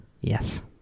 Yes